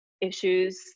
issues